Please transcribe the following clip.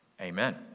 Amen